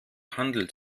handel